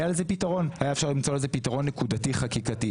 היה אפשר למצוא לזה פתרון נקודתי חקיקתי.